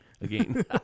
Again